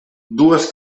dues